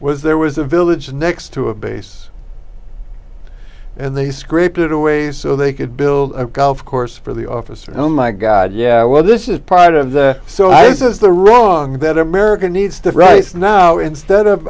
was there was a village next to a base and they scraped it away so they could build a golf course for the officer oh my god yeah well this is part of the so i says the wrong that america needs the rice now instead of